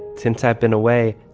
since i've been away,